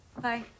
Bye